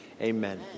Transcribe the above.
amen